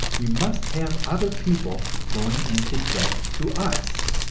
we must have other people going into debt to us,